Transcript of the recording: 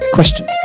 Question